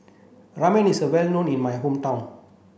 Ramen is well known in my hometown